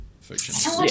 fiction